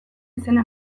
izena